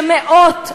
שמאות אנשים,